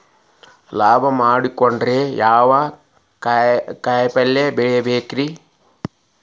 ಲಾಭ ಮಾಡಕೊಂಡ್ರ ಯಾವ ಕಾಯಿಪಲ್ಯ ಬೆಳಿಬೇಕ್ರೇ?